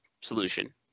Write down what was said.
solution